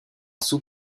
sous